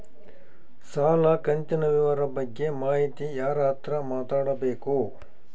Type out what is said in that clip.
ಸಾಲ ಕಂತಿನ ವಿವರ ಬಗ್ಗೆ ಮಾಹಿತಿಗೆ ಯಾರ ಹತ್ರ ಮಾತಾಡಬೇಕು?